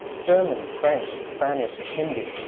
german, french, spanish, hindi,